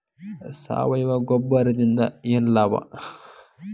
ಸಾವಯವ ಗೊಬ್ಬರದಿಂದ ಏನ್ ಲಾಭ?